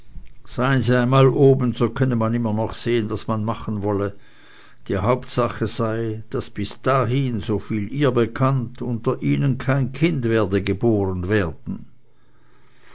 seien die einmal oben so könne man immer noch sehen was man machen wolle die hauptsache sei daß bis dahin soviel ihr bekannt unter ihnen kein kind werde geboren werden